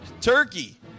turkey